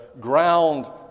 ground